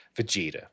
Vegeta